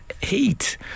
heat